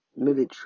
military